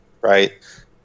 right